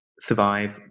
survive